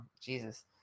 Jesus